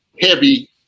heavy